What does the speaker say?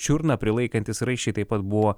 čiurną prilaikantys raiščiai taip pat buvo